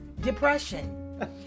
depression